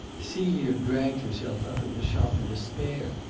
celia dragged herself out of the shop in despair.